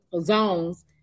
zones